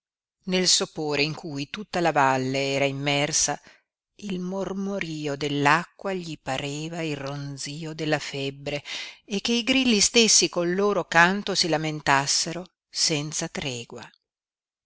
nel sopore in cui tutta la valle era immersa il mormorio dell'acqua gli pareva il ronzio della febbre e che i grilli stessi col loro canto si lamentassero senza tregua